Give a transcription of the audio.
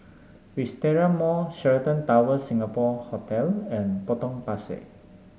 Wisteria Mall Sheraton Towers Singapore Hotel and Potong Pasir